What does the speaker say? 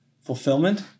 Fulfillment